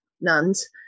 nuns